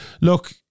look